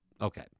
Okay